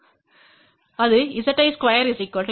அதுZ¿2 Z22Z0ஆக இருக்கும்